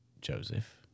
Joseph